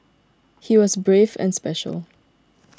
he was brave and special